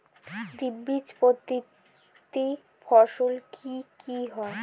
দ্বিবীজপত্রী ফসল কি কি?